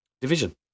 Division